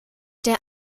der